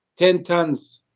ten tons.